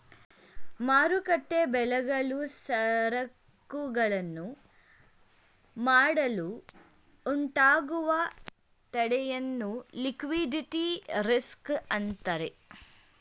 ಮಾರುಕಟ್ಟೆ ಬೆಲೆಗಳು ಸರಕುಗಳನ್ನು ಮಾಡಲು ಉಂಟಾಗುವ ತಡೆಯನ್ನು ಲಿಕ್ವಿಡಿಟಿ ರಿಸ್ಕ್ ಅಂತರೆ